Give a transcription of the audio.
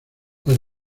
las